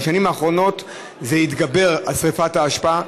בשנים האחרונות התגברה שרפת האשפה,